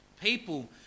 people